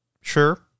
Sure